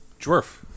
Dwarf